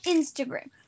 Instagram